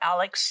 Alex